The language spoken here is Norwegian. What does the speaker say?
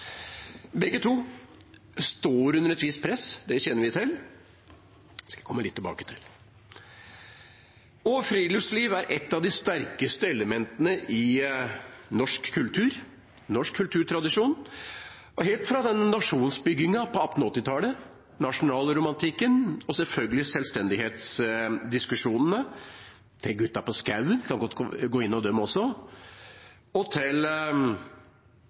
Begge to står under et visst press – det kjenner vi til, og det skal jeg komme litt tilbake til. Friluftsliv er et av de sterkeste elementene i norsk kultur og norsk kulturtradisjon – helt fra nasjonsbyggingen på 1880-tallet, nasjonalromantikken, og selvfølgelig selvstendighetsdiskusjonene, til «gutta på skauen», jeg kan godt komme inn på dem også.